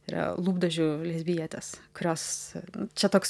yra lūpdažių lesbietės kurios čia toks